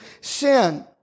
sin